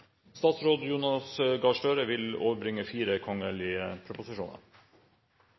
statsråd Jonas Gahr Støre i